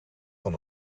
van